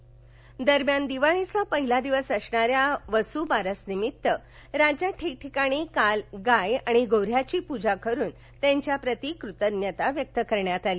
दिवाळी दरम्यान दिवाळीचा पहिला दिवस असणाऱ्या वसुबारसेनिमित्त राज्यात ठिकठिकाणी काल गाय आणि गो ह्याची पूजा करून त्यांच्या प्रती कृतज्ञता व्यक्त करण्यात आली